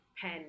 pen